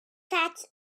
that